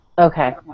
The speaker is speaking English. Okay